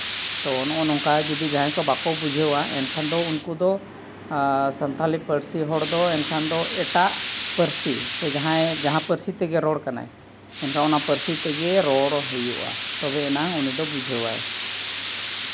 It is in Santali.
ᱛᱚ ᱱᱚᱜᱼᱚ ᱱᱚᱝᱠᱟ ᱡᱟᱦᱟᱸᱭ ᱠᱚ ᱡᱩᱫᱤ ᱵᱟᱠᱚ ᱵᱩᱡᱷᱟᱹᱣᱟ ᱮᱱᱠᱷᱟᱱ ᱫᱚ ᱩᱱᱠᱩ ᱫᱚ ᱥᱟᱱᱛᱷᱟᱞᱤ ᱯᱟᱹᱨᱥᱤ ᱦᱚᱲ ᱫᱚ ᱮᱱᱠᱷᱟᱱ ᱫᱚ ᱮᱴᱟᱜ ᱯᱟᱹᱨᱥᱤ ᱥᱮ ᱡᱟᱦᱟᱸᱭ ᱡᱟᱦᱟᱸ ᱯᱟᱹᱨᱥᱤ ᱛᱮᱜᱮ ᱨᱚᱲ ᱠᱟᱱᱟᱭ ᱮᱱᱠᱷᱟᱱ ᱚᱱᱟ ᱯᱟᱹᱨᱥᱤ ᱛᱮᱜᱮ ᱨᱚᱲ ᱦᱩᱭᱩᱜᱼᱟ ᱛᱚᱵᱮᱭᱮᱱᱟᱝ ᱩᱱᱤ ᱫᱚ ᱵᱩᱡᱷᱟᱹᱣᱟᱭ